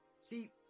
See